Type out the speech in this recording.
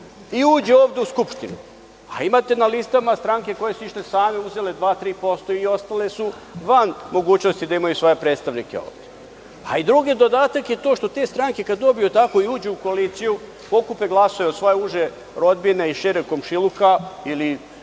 i uđe ovde u Skupštinu, a imate na listama stranke koje su išle same, uzele 2, 3% i ostale su van mogućnosti da imaju svoje predstavnike ovde. Drugi dodatak je to što te stranke kada dobiju tako i uđu u koaliciju pokupe glasove od svoje uže rodbine i šireg komšiluka ili